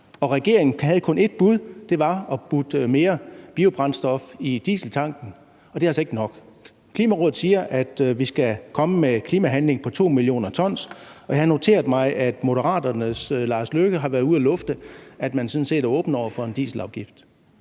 regeringen havde kun ét bud, nemlig at putte mere biobrændstof i dieseltanken, og det er altså ikke nok. Klimarådet siger, at vi skal komme med klimahandling på 2 mio. tons, og jeg har noteret mig, at Moderaternes Lars Løkke Rasmussen har været ude at lufte, at man sådan set er åben over for en dieselafgift.